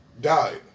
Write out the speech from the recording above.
died